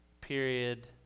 period